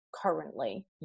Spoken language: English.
currently